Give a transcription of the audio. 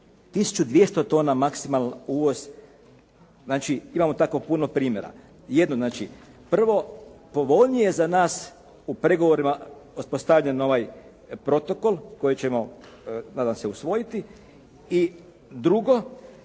1200 tona maksimalan uvoz. Znači imamo tako puno primjera. Jedno znači, prvo povoljnije za nas u pregovorima uspostavljen ovaj protokol koji ćemo nadam se usvojiti. I drugo,